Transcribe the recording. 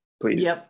please